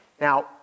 Now